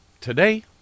today